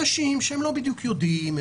אנשים שלא בדיוק יודעים,